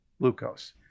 glucose